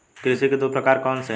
कृषि के दो प्रकार कौन से हैं?